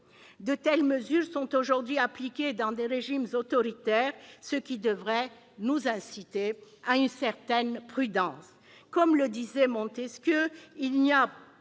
De telles mesures sont aujourd'hui appliquées par des régimes autoritaires, ce qui devrait nous inciter à une certaine prudence. Comme le disait Montesquieu, « il n'y a